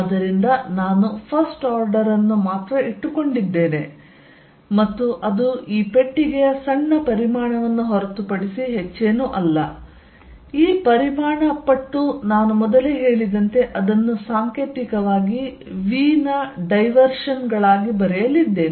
ಆದ್ದರಿಂದ ನಾನು first order ಅನ್ನು ಮಾತ್ರ ಇಟ್ಟುಕೊಂಡಿದ್ದೇನೆ ಮತ್ತು ಅದು ಈ ಪೆಟ್ಟಿಗೆಯ ಸಣ್ಣ ಪರಿಮಾಣವನ್ನು ಹೊರತುಪಡಿಸಿ ಹೆಚ್ಚೇನೂ ಅಲ್ಲ ಈ ಪರಿಮಾಣ ಪಟ್ಟು ನಾನು ಮೊದಲೇ ಹೇಳಿದಂತೆ ಅದನ್ನು ಸಾಂಕೇತಿಕವಾಗಿ v ನ ಡೈವರ್ಶನ್ ಗಳಾಗಿ ಬರೆಯಲಿದ್ದೇನೆ